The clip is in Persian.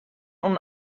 اون